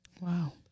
Wow